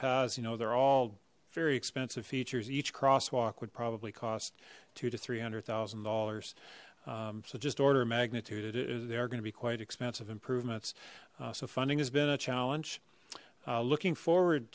paths you know they're all very expensive features each crosswalk would probably cost two to three hundred thousand dollars um so just order magnitude they are going to be quite expensive improvements so funding has been a challenge looking forward